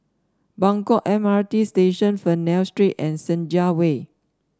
Buangkok M R T Station Fernvale Street and Senja Way